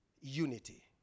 unity